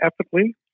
ethically